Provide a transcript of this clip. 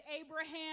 Abraham